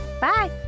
Bye